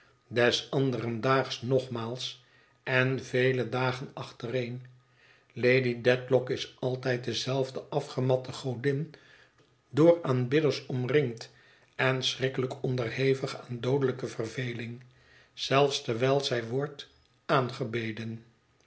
des anderen daags nogmaals en vele dagen achtereen lady dedlock is altijd dezelfde afgematte godin door aanbidders omringd en schrikkelijk onderhevig aan doodelijke verveling zelfs terwijl zij wordt aangebeden